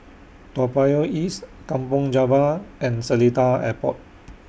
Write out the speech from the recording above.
Toa Payoh East Kampong Java and Seletar Airport